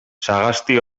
sagasti